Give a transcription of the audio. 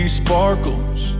sparkles